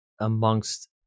amongst